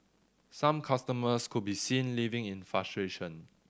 some customers could be seen leaving in frustration